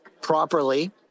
properly